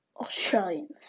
Australians